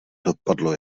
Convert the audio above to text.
dopadlo